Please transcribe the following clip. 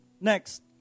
Next